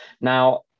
Now